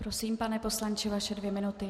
Prosím, pane poslanče, vaše dvě minuty.